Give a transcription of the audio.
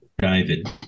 David